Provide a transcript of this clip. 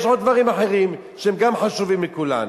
יש דברים אחרים שהם גם חשובים לכולנו.